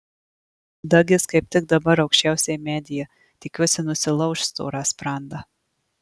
dagis kaip tik dabar aukščiausiai medyje tikiuosi nusilauš storą sprandą